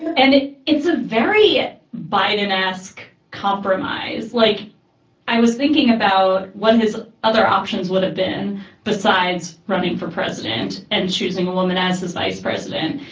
and it's a very it biden ask compromise. like i was thinking about what his other options would have been besides running for president and choosing a woman as his vice president.